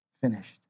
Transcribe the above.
finished